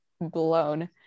blown